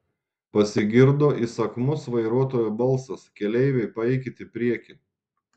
pasigirdo įsakmus vairuotojo balsas keleiviai paeikit į priekį